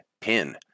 pin